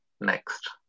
next